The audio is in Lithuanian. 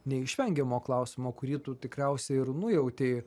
neišvengiamo klausimo kurį tu tikriausiai ir nujautei